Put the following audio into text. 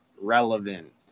relevant